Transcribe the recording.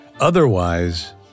Otherwise